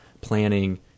planning